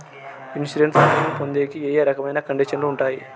Insurance claim పొందేకి ఏ రకమైన కండిషన్లు ఉంటాయి?